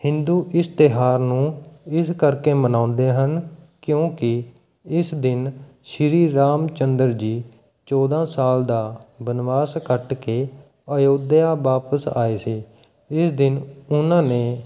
ਹਿੰਦੂ ਇਸ ਤਿਉਹਾਰ ਨੂੰ ਇਸ ਕਰਕੇ ਮਨਾਉਂਦੇ ਹਨ ਕਿਉਂਕਿ ਇਸ ਦਿਨ ਸ਼੍ਰੀ ਰਾਮ ਚੰਦਰ ਜੀ ਚੌਦਾਂ ਸਾਲ ਦਾ ਬਨਵਾਸ ਕੱਟ ਕੇ ਅਯੋਧਿਆ ਵਾਪਿਸ ਆਏ ਸੀ ਇਸ ਦਿਨ ਉਹਨਾਂ ਨੇ